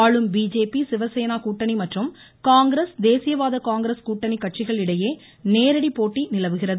ஆளும் பிஜேபி சிவசேனா கூட்டணி மற்றும் காங்கிரஸ் தேசியவாத காங்கிரஸ் கூட்டணி கட்சிகள் இடையே நேரடி போட்டி நிலவுகிறது